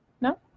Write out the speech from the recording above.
No